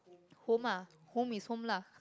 home ah home is home lah